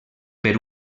per